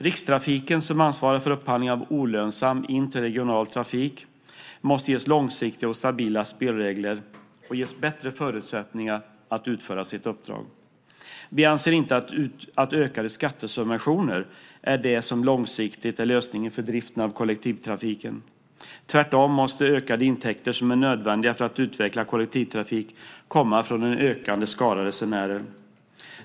Rikstrafiken, som ansvarar för upphandling av olönsam interregional trafik, måste ges långsiktiga och stabila spelregler och ges bättre förutsättningar att utföra sitt uppdrag. Vi anser inte att ökade skattesubventioner är det som långsiktigt är lösningen för driften av kollektivtrafiken. Tvärtom måste ökade intäkter som är nödvändiga för att utveckla kollektivtrafik komma från en ökande skara resenärer.